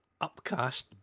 upcast